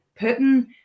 Putin